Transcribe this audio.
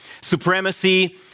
supremacy